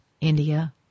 India